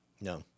No